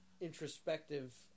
introspective